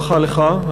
ברכה לך,